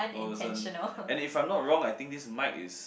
I wasn't and if I'm not wrong I think this mike is